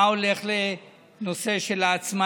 מה הולך לנושא של העצמאים,